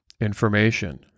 information